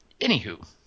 anywho